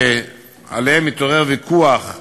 שעליהם מתעורר ויכוח ציבורי,